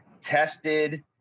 tested